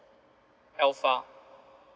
alpha